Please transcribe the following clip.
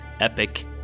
epic